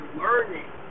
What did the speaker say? learning